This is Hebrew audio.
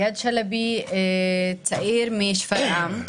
צעיר משפרעם,